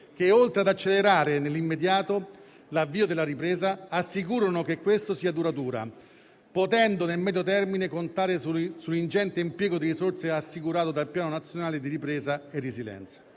che, oltre ad accelerare nell'immediato l'avvio della ripresa, assicurano che questa sia duratura, potendo contare nel medio termine su un ingente impiego di risorse assicurato dal Piano nazionale di ripresa e resilienza.